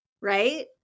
right